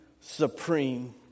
supreme